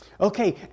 Okay